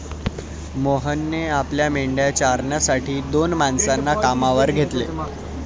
मोहनने आपल्या मेंढ्या चारण्यासाठी दोन माणसांना कामावर घेतले